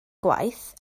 gwaith